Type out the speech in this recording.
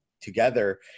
together